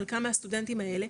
חלקם מהסטודנטים האלה,